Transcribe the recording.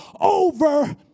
over